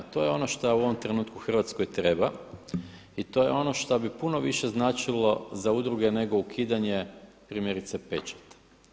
I to je ono što u ovom trenutku Hrvatskoj treba i to je ono što bi puno više značilo za udruge neko ukidanje primjerice pečata.